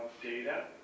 data